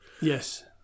Yes